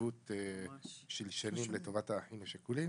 עיוות של שנים לטובת האחים השכולים.